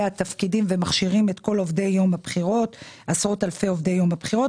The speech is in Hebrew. התפקידים ומכשירים את כל עשרות-אלפי עובדי יום הבחירות.